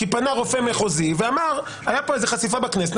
אלא כי פנה רופא מחוזי ואמר שהייתה פה חשיפה בכנסת,